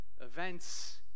events